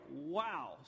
Wow